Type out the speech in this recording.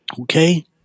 Okay